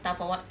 打 for what